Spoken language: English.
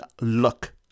look